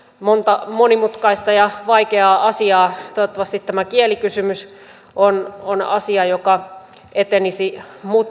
monta monimutkaista ja vaikeaa asiaa toivottavasti tämä kielikysymys on on asia joka etenisi